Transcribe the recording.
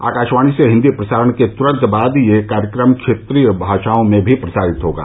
आकाशवाणी से हिन्दी प्रसारण के तुरंत बाद यह कार्यक्रम क्षेत्रीय भाषाओं में भी प्रसारित होगा